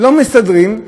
לא מסתדרים,